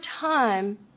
time